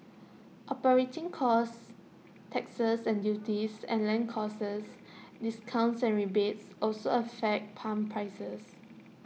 operating costs taxes and duties and land costs discounts and rebates also affect pump prices